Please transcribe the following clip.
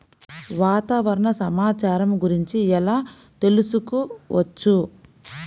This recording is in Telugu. వాతావరణ సమాచారము గురించి ఎలా తెలుకుసుకోవచ్చు?